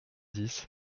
dix